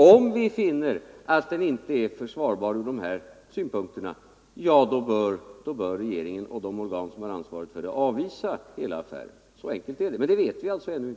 Om vi finner att affären inte är försvarbar ur de här synpunkterna, ja, då bör regeringen och de organ som har ansvaret avvisa hela affären. Så enkelt är det. Men det vet vi alltså ännu inte.